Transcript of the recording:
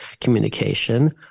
communication –